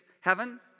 heaven